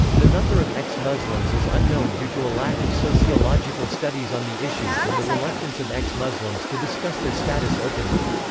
the number of ex-muslims is unknown due to a lack of sociological studies on the issues and the reluctance of ex-muslims to discuss their status openly.